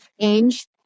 change